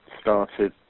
started